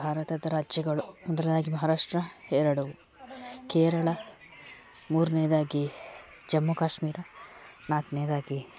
ಭಾರತದ ರಾಜ್ಯಗಳು ಮೊದಲನೇದಾಗಿ ಮಹಾರಾಷ್ಟ್ರ ಎರಡು ಕೇರಳ ಮೂರನೇದಾಗಿ ಜಮ್ಮು ಕಾಶ್ಮೀರ ನಾಲ್ಕನೇದಾಗಿ